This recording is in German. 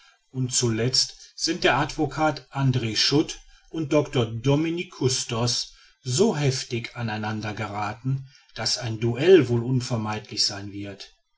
und zuletzt sind der advocat andr schut und doctor dominique custos so heftig an einander gerathen daß ein duell wohl unvermeidlich sein wird